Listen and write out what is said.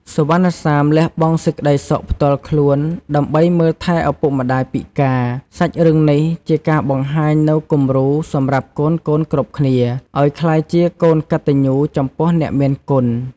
សុវណ្ណសាមលះបង់សេចក្ដីសុខផ្ទាល់ខ្លួន ដើម្បីមើលថែឪពុកម្ដាយពិការ សាច់រឿងនេះជាការបង្ហាញនូវគំរូសម្រាប់កូនៗគ្រប់គ្នាអោយក្លាយជាកូនកតញ្ញូចំពោះអ្នកមានគុណ។